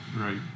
Right